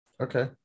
Okay